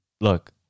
look